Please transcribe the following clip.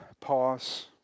pause